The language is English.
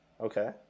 okay